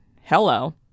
hello